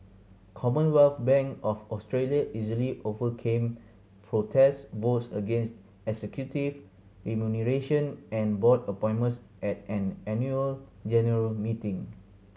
Commonwealth Bank of Australia easily overcame protest votes against executive remuneration and board appointments at an annual general meeting